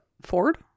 Ford